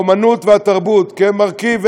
האמנות והתרבות כמרכיב,